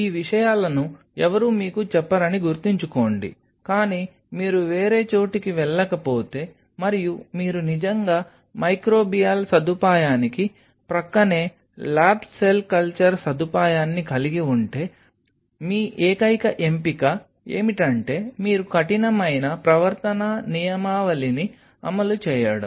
ఈ విషయాలను ఎవరూ మీకు చెప్పరని గుర్తుంచుకోండి కానీ మీరు వేరే చోటికి వెళ్లకపోతే మరియు మీరు నిజంగా మైక్రోబియల్ సదుపాయానికి ప్రక్కనే ల్యాబ్ సెల్ కల్చర్ సదుపాయాన్ని కలిగి ఉంటే మీ ఏకైక ఎంపిక ఏమిటంటే మీరు కఠినమైన ప్రవర్తనా నియమావళిని అమలు చేయడం